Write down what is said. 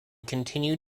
continue